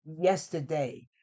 yesterday